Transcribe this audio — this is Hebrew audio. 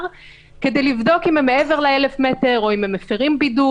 כדי לבדוק אם הם מעבר ל-1,000 מטר או אם הם מפרים בידוד.